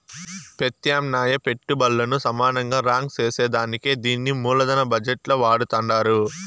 పెత్యామ్నాయ పెట్టుబల్లను సమానంగా రాంక్ సేసేదానికే దీన్ని మూలదన బజెట్ ల వాడతండారు